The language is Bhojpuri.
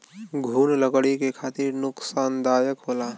घुन लकड़ी के खातिर नुकसानदायक होला